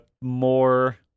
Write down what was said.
More